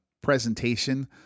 presentation